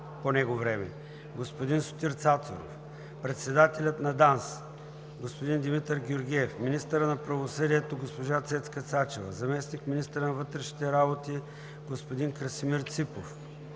господин Сотир Цацаров, председателят на ДАНС господин Димитър Георгиев, министърът на правосъдието госпожа Цецка Цачева, заместник-министърът на вътрешните работи господин Красимир Ципов,